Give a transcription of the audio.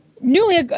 newly